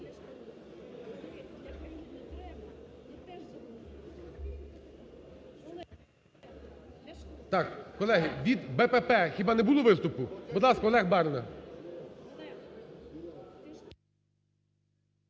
Так, колеги, від БПП хіба не було виступу? Будь ласка, Олег Барна.